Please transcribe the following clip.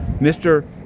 Mr